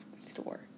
store